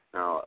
Now